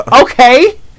Okay